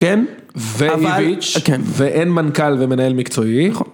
כן, אבל, ואין מנכ"ל ומנהל מקצועי.